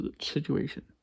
situation